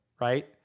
right